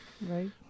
right